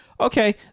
okay